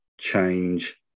change